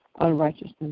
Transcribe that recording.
Unrighteousness